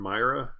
Myra